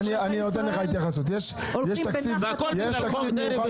הכול בגלל חוק דרעי.